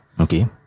okay